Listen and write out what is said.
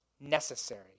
necessary